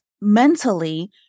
mentally